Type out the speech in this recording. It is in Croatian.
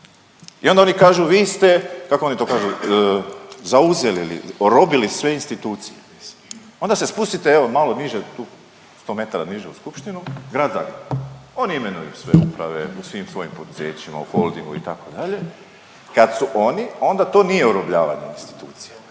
I onda oni kažu vi ste, kako oni to kažu zauzeli ili orobili sve institucije. Onda se spustite evo malo niže tu sto metara niže u skupštinu, grad Zagreb. Oni imenuju sve uprave u svim svojim poduzećima, u Holdingu itd. Kad su oni onda to nije orobljavanje. To je